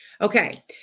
Okay